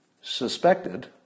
suspected